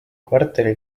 kvartali